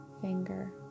finger